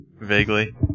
Vaguely